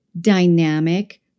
dynamic